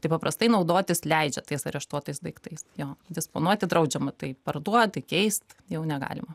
tai paprastai naudotis leidžia tais areštuotais daiktais jo disponuoti draudžiama tai parduot įkeist jau negalima